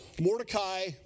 Mordecai